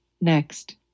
Next